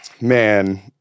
Man